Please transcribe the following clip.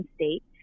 state